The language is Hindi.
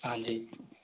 हाँ जी